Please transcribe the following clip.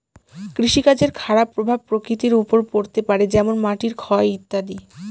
কৃষিকাজের খারাপ প্রভাব প্রকৃতির ওপর পড়তে পারে যেমন মাটির ক্ষয় ইত্যাদি